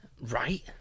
Right